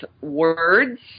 words